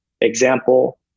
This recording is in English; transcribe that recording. example